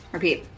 Repeat